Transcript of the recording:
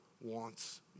wants